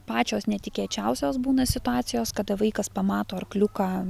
pačios netikėčiausios būna situacijos kada vaikas pamato arkliuką